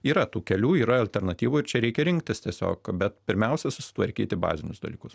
yra tų kelių yra alternatyvų ir čia reikia rinktis tiesiog bet pirmiausia susitvarkyti bazinius dalykus